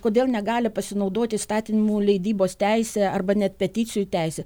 kodėl negali pasinaudoti įstatymų leidybos teise arba net peticijų teise